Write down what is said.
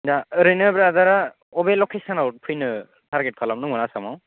दा ओरैनो ब्रादारा अबे लकेसोनाव फैनो टारगेथ खालामदोंमोन आसामाव